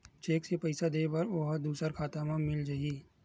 Cheque से पईसा दे बर ओहा दुसर खाता म मिल जाही?